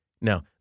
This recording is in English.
Now